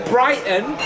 Brighton